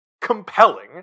compelling